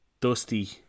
Dusty